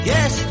Yes